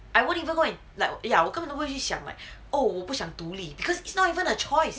I wouldn't even go and like ya 我根本都会去想 oh 我不想独立 because it's not even a choice